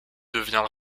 devient